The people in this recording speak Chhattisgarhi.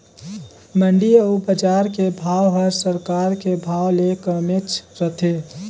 मंडी अउ बजार के भाव हर सरकार के भाव ले कमेच रथे